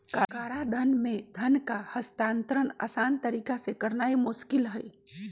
कराधान में धन का हस्तांतरण असान तरीका से करनाइ मोस्किल हइ